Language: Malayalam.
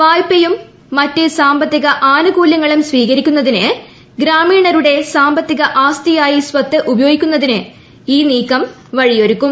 വായ്പയും മറ്റ് സാമ്പത്തിക ആനുകൂല്യങ്ങളും സ്വീകരിക്കുന്നതിന് ഗ്രാമീണരുടെ സാമ്പത്തിക ആസ്തിയായി സ്വത്ത് ഉപയോഗിക്കുന്നതിന് ഈ നീക്കം വഴിയൊരുക്കും